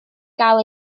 gael